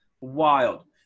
wild